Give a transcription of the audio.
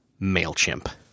mailchimp